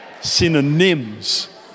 Synonyms